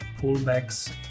pullbacks